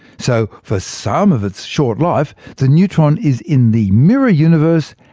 so for some of its short life, the neutron is in the mirror universe,